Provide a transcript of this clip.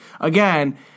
again